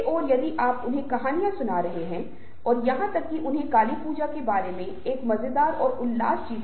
मैंने आपसे पहले बात की थी की विभिन्न इशारों का विभिन्न संदर्भों में अलग अलग अर्थ हैं